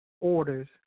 orders